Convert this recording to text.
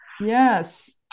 Yes